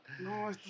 No